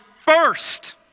first